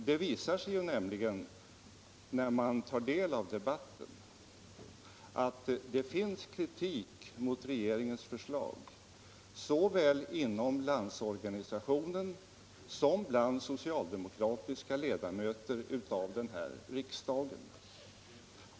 Det visar sig nämligen när man tar del av debatten att det också finns kritik mot regeringens förslag såväl inom LO som bland socialdemokratiska ledamöter av den här riksdagen.